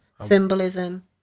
Symbolism